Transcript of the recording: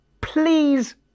Please